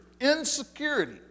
Insecurity